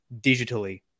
digitally